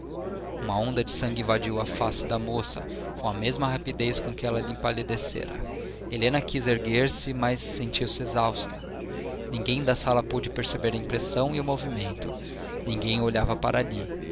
uma onda de sangue invadiu a face da moça com a mesma rapidez com que ela lhe empalidecera helena quis erguer-se mas sentiu-se exausta ninguém da sala pôde perceber a impressão e o movimento ninguém olhava para ali